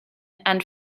and